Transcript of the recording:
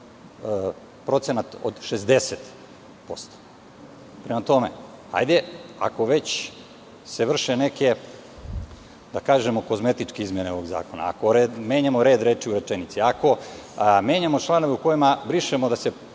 procenat od 60%.Prema tome, ako se već vrše neke, da kažemo, kozmetičke izmene ovog zakona, ako menjamo red reči u rečenici, ako menjamo članove u kojima brišemo da se